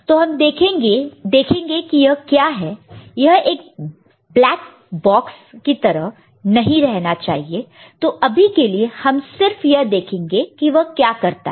तो हम देखेंगे कि यह क्या है यह एक ब्लैक बॉक्स की तरह नहीं रहना चाहिए तो अभी के लिए हम सिर्फ यह देखेंगे कि वह क्या करता है